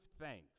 thanks